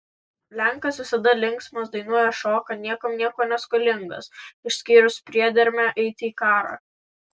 lenkas visada linksmas dainuoja šoka niekam nieko neskolingas išskyrus priedermę eiti į karą